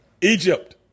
Egypt